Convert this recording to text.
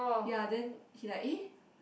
ya then he like eh